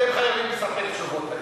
אתם חייבים לספק תשובות.